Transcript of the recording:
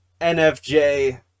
NFJ